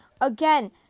Again